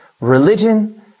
religion